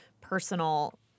personal